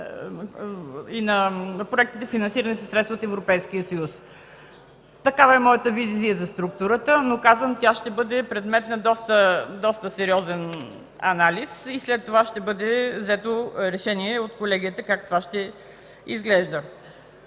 и на проектите, финансирани със средства от Европейския съюз. Такава е моята визия за структурата, но, казвам, тя ще бъде предмет на доста сериозен анализ и след това ще бъде взето решение от Колегията как ще изглежда